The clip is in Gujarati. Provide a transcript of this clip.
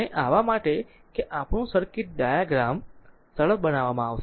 અને આવા માટે કે આપણું સર્કિટ ડાયાગ્રામ સરળ બનાવવામાં આવશે